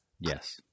Yes